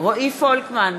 רועי פולקמן,